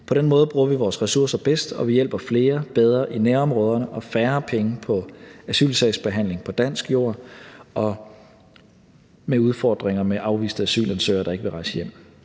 På den måde bruger vi vores ressourcer bedst, og vi hjælper flere bedre i nærområderne og bruger færre penge på asylsagsbehandling på dansk jord med udfordringer med afviste asylansøgere, der ikke vil rejse hjem.